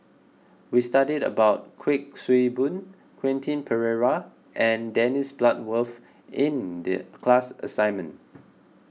we studied about Kuik Swee Boon Quentin Pereira and Dennis Bloodworth in the class assignment